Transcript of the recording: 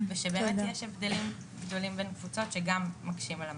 ושבאמת יש הבדלים גדולים בין קבוצות שגם מקשים על המדינה.